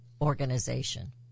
organization